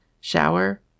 Shower